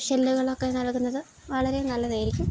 ഷെല്ലുകളൊക്കെ നൽകുന്നത് വളരെ നല്ലതായിരിക്കും